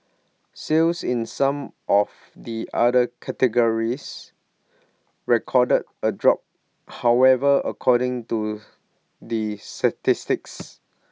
sales in some of the other categories recorded A drop however according to the statistics